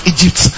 Egypt